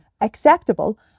acceptable